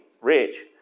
rich